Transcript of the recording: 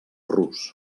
rus